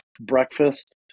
breakfast